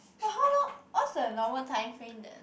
for how long what's the longer time frame that